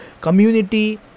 community